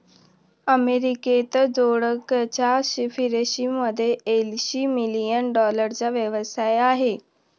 अमेरिकेत जोडकचा फिशरीमध्ये ऐंशी मिलियन डॉलरचा व्यवसाय आहे